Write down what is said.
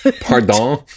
Pardon